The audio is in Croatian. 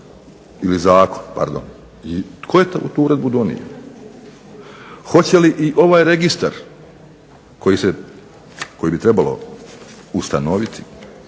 Ili zakon, pardon. I tko je tu uredbu donio? Hoće li i ovaj registar koji se, koji bi trebalo ustanoviti,